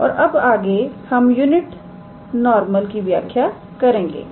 और अब आगे हम यूनिट नॉर्मल की व्याख्या करेंगे